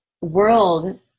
world